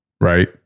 right